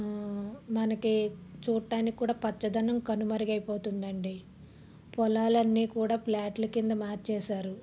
మనకి చూట్టానికి కూడా పచ్చదనం కనుమరుగైపోతుందండి పొలాలన్నీ కూడా ప్లాట్ల కింద మార్చేశారు